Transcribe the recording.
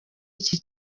iki